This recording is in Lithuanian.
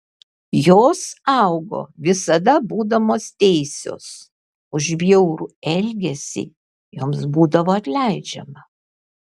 jos augo visada būdamos teisios už bjaurų elgesį joms buvo atleidžiama